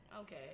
okay